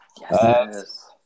Yes